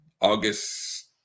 august